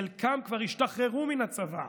חלקם כבר השתחררו מן הצבא,